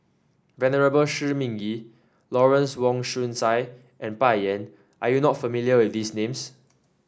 Venerable Shi Ming Yi Lawrence Wong Shyun Tsai and Bai Yan are you not familiar with these names